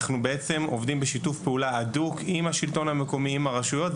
אנחנו עובדים בשיתוף פעולה הדוק עם השלטון המקומי ועם הרשויות,